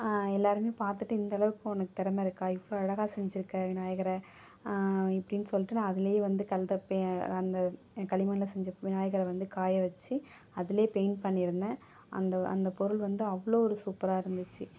எல்லோருமே பார்த்துட்டு இந்த அளவுக்கு உனக்கு தெறமை இருக்கா இவ்வளோ அழகா செய்ஞ்சிருக்கே விநாயகரை இப்படின்னு சொல்லிட்டு நான் அதிலயே வந்து கல்ரப்பயே அந்த களிமண்ணில் செஞ்ச விநாயகரை வந்து காய வச்சு அதுலேயே பெயிண்ட் பண்ணி இருந்தேன் அந்த அந்த பொருள் வந்து அவ்வளோ ஒரு சூப்பராக இருந்துச்சு